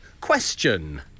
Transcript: Question